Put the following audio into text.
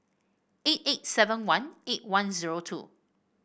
eight eight seven one eight one zero two